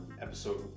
episode